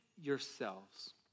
yourselves